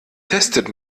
testet